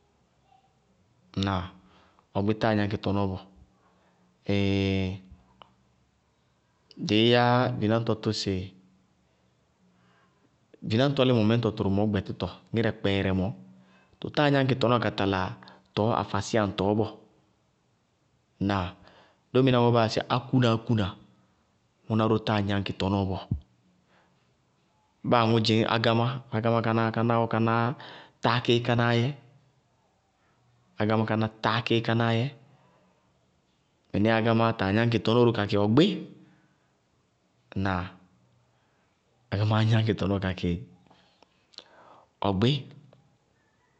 Ŋnáa? Ɔgbí táa gnáŋkɩ tɔnɔɔ bɔɔ. dɩí yá vináñtɔ tʋ sɩ vináñtɔ límɔ mɛ ñtɔ tʋtʋ mɔɔ gbɛtítɔ, ŋírɛ kpɛɛrɛɛ mɔɔ, tʋ táa gnáñkɩ tɔnɔɔ ka tala tɔɔ afasíyaŋtɔɔ bɔɔ, ŋnáa? Dóminá ŋɔɔ baa yáa sɩ ákúna-ákúna ŋʋná ró táa gnáñkɩ tɔnɔɔ bɔɔ. Báa aŋʋ dzɩñ ágámá, ágámá káná káná táákíí káná yɛ. Mɩníɩ ágámáá taa gnáñkɩ tɔnɔɔ ró kakɩ ɔgbí. Ŋnáa? Ágámáá gnáŋkɩ tɔnɔɔ kakɩ ɔgbí.